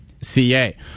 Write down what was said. CA